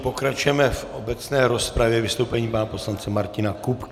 Pokračujeme v obecné rozpravě vystoupením pana poslance Martina Kupky.